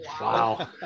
Wow